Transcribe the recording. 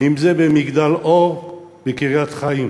אם זה ב"מגדל אור" בקריית-חיים